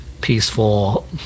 peaceful